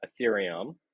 Ethereum